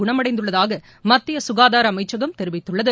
குணமடைந்துள்ளதாக மத்திய சுகாதார அமைச்சகம் தெரிவித்துள்ளது